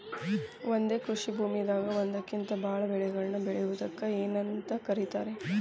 ಒಂದೇ ಕೃಷಿ ಭೂಮಿದಾಗ ಒಂದಕ್ಕಿಂತ ಭಾಳ ಬೆಳೆಗಳನ್ನ ಬೆಳೆಯುವುದಕ್ಕ ಏನಂತ ಕರಿತಾರೇ?